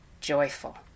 joyful